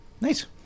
nice